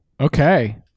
Okay